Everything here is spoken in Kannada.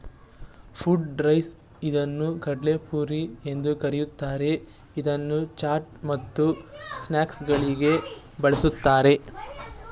ಪಫ್ಡ್ ರೈಸ್ ಇದನ್ನು ಕಡಲೆಪುರಿ ಎಂದು ಕರಿತಾರೆ, ಇದನ್ನು ಚಾಟ್ಸ್ ಮತ್ತು ಸ್ನಾಕ್ಸಗಳಲ್ಲಿ ಬಳ್ಸತ್ತರೆ